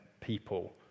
people